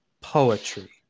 poetry